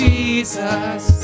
Jesus